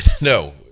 No